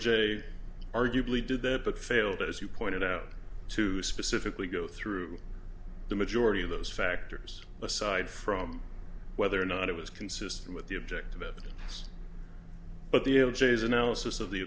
j arguably did that but failed as you pointed out to specifically go through the majority of those factors aside from whether or not it was consistent with the objective it but the able j s analysis of the